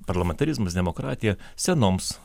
parlamentarizmas demokratija senoms